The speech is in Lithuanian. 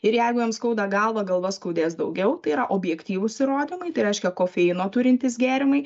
ir jeigu jam skauda galvą galva skaudės daugiau tai yra objektyvūs įrodymai tai reiškia kofeino turintys gėrimai